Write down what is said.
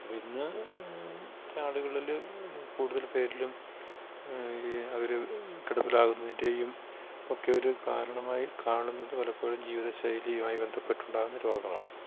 അപ്പോൾ ഇന്നത്തേ ആളുകളിൽ കൂടുതൽപ്പേരിലും ഈ അവർ കിടപ്പിലാകുന്നതിൻ്റേയും ഒക്കെ ഒരു കാരണമായി കാണുന്നത് പലപ്പോഴും ജീവിതശൈലിയുമായി ബന്ധപ്പെട്ടുണ്ടാകുന്ന രോഗങ്ങളാണ്